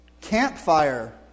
campfire